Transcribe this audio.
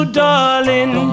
darling